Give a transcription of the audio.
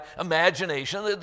imagination